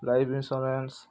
life insurance